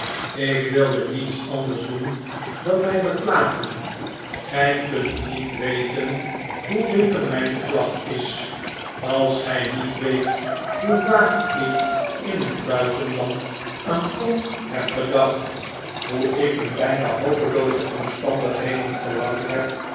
ik wilde niets anders doen dan mij beklagen gij kunt niet weten hoe bitter mijn beklag is als gij niet weet hoe vaak ik in het buitenland aan tom heb gedacht hoe ik in bijna hopelooze omstandigheden verlangd heb